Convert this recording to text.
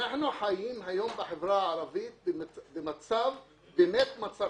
אנחנו חיים היום בחברה הערבית במצב חירום.